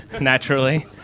naturally